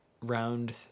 round